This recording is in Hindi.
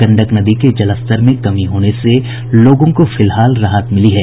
गंडक नदी के जलस्तर में कमी होने से लोगों को फिलहाल राहत मिली है